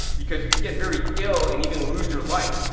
because you could get very ill and even lose your life.